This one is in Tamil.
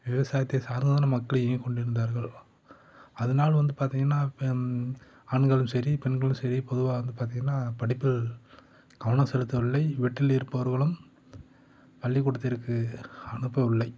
விவசாயத்தை சார்ந்து தான் மக்கள் இயங்கி கொண்டிருந்தார்கள் அதனால் வந்து பார்த்திங்கன்னா ஆண்களும் சரி பெண்களும் சரி பொதுவாக வந்து பார்த்திங்கன்ன படிப்பில் கவனம் செலுத்தவில்லை வீட்டில் இருப்பவர்களும் பள்ளிக்கூடத்திற்கு அனுப்பவில்லை